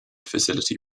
facility